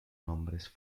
nombres